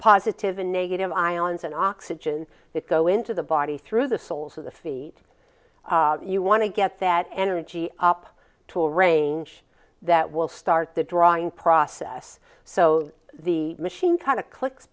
positive and negative ions and oxygen that go into the body through the soles of the feet you want to get that energy up to a range that will start the drawing process so the machine kind of clicks